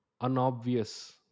unobvious